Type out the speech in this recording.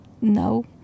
no